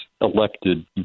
elected